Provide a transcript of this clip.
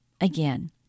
again